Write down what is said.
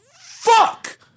fuck